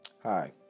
Hi